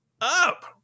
up